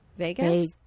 Vegas